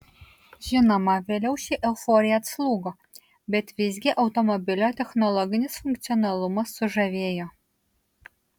žinoma vėliau ši euforija atslūgo bet visgi automobilio technologinis funkcionalumas sužavėjo